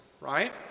right